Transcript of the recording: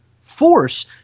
force